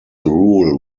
rule